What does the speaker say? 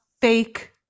fake